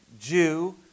Jew